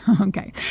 Okay